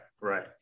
Right